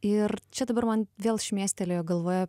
ir čia dabar man vėl šmėstelėjo galvoje